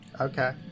Okay